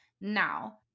Now